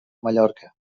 mallorca